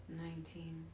nineteen